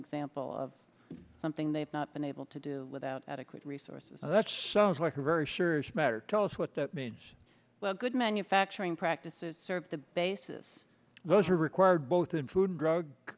example of something they've not been able to do without adequate resources that sounds like a very serious matter tell us what that means well good manufacturing practices serve the basis those are required both in food and drug